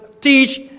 teach